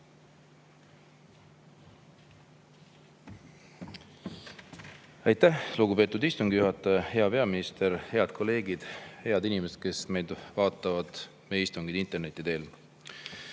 Aitäh, lugupeetud istungi juhataja! Hea peaminister! Head kolleegid! Head inimesed, kes vaatavad meie istungit interneti teel!